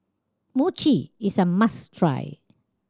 mochi is a must try